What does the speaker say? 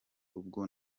ubwo